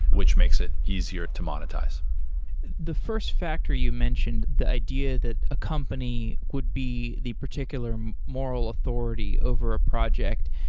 which makes it easier to monetize the first factor you've mentioned, the idea that a company would be the particular moral authority over a project,